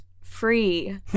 free